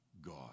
God